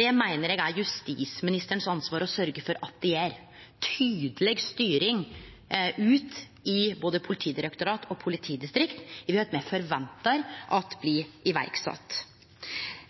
Det meiner eg er justisministeren sitt ansvar å sørgje for. Tydeleg styring ut i både Politidirektoratet og politidistrikta er noko me forventar blir sett i verk.